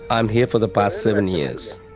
i am here for the past seven years.